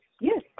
Yes